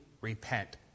repent